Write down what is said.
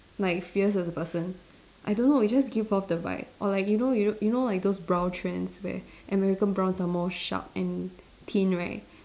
like fierce as a person I don't know it just give off the vibe or like you know you know you know like those brow trends where American brows are more sharp and thin right